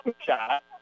shot